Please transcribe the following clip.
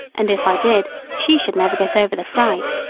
and if i did she should never get over the fright.